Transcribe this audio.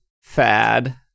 fad